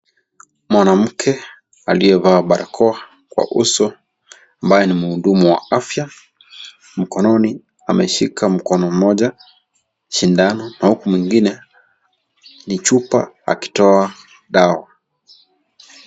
Mwanamke aliyevaa barakoa kwa uso ambaye ni mhudumu wa afya, mikononi ameshika mkono mmoja sindano na huku mwingine ni Chupa akitoa dawa.